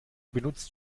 benutzt